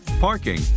parking